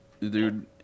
dude